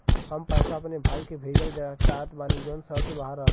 हम पैसा अपने भाई के भेजल चाहत बानी जौन शहर से बाहर रहेलन